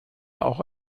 auch